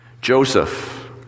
Joseph